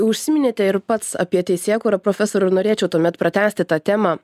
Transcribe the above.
užsiminėte ir pats apie teisėkūrą profesoriau norėčiau tuomet pratęsti tą temą